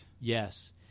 Yes